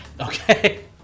Okay